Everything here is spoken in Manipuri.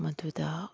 ꯃꯗꯨꯗ